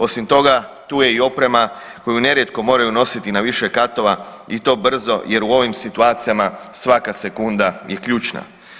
Osim toga tu je i oprema koju nerijetko moraju nositi na više katova i to brzo jer u ovim situacijama svaka sekunda je ključna.